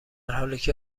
حالیکه